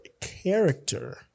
character